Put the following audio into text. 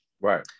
Right